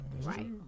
Right